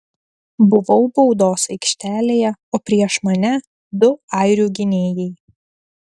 buvau baudos aikštelėje o prieš mane du airių gynėjai